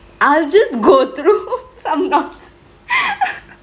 I'll just go through some non~